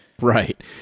Right